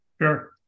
Sure